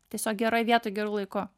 tiesiog geroj vietoj geru laiku